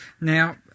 Now